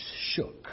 shook